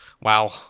Wow